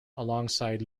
alongside